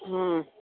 ಹ್ಞೂ